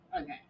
okay